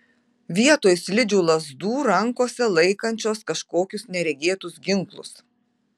vietoj slidžių lazdų rankose laikančios kažkokius neregėtus ginklus